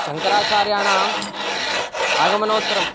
शङ्कराचार्याणाम् आगमनोत्तरम्